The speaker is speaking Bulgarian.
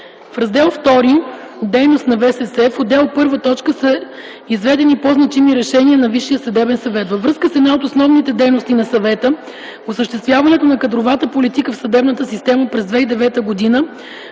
В Раздел IІ „Дейност на ВСС”, в отделна първа точка са изведени по-значими решения на ВСС. Във връзка с една от основните дейности на съвета, осъществяването на кадровата политика в съдебната система, през 2009 г.